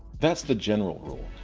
that's the general rule,